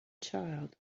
child